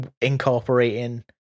incorporating